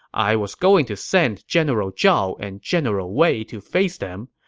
i was going to send general zhao and general wei to face them,